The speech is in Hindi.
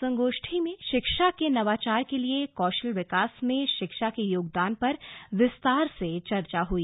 संगोष्ठी में शिक्षा के नवाचार के लिए कौशल विकास में शिक्षा का योगदान पर विस्तार से चर्चा हुई